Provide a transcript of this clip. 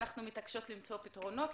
ואנחנו מתעקשות למצוא פתרונות.